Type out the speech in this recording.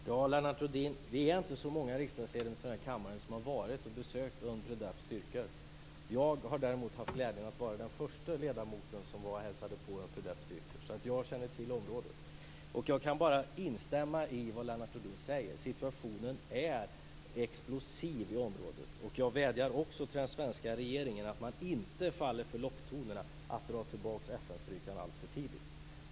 Herr talman! Vi är inte så många riksdagsledamöter i den här kammaren som har varit och besökt Unpredeps styrkor. Men jag har haft glädjen att vara den förste ledamoten som har hälsat på dem. Jag känner alltså till området, och jag kan bara instämma i vad Lennart Rohdin säger. Situationen är explosiv i området. Jag vädjar också till den svenska regeringen att inte falla för locktonerna att dra tillbaka FN-styrkan alltför tidigt.